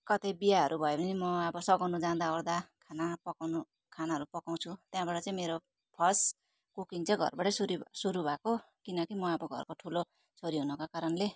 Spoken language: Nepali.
कतै विवाहहरू भयो भने म अब सघाउनु जाँदाओर्दा खाना पकाउनु खानाहरू पकाउँछु त्यहाँबाट चाहिँ मेरो फर्स्ट कुकिङ चाहिँ घरबाटै सुरु सुरु भएको किनकि म अब घरको ठुलो छोरी हुनाको कारणले